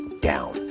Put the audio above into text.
down